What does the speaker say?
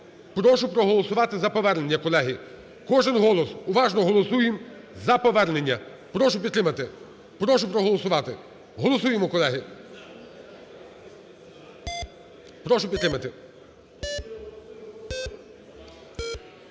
Прошу проголосувати за повернення, колеги, кожен голос. Уважно голосуємо за повернення. Прошу підтримати. Прошу проголосувати. Голосуємо, колеги. Прошу підтримати.